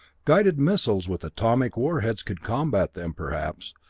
guided missiles with atomic warheads could combat them, perhaps,